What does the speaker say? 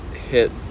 hit